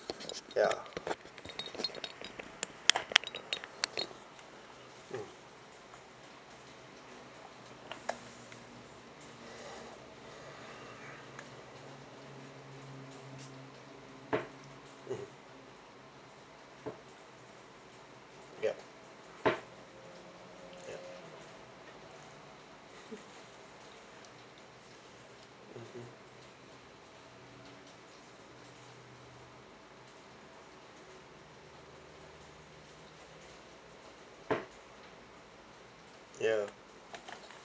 ya mm mmhmm yup ya mmhmm ya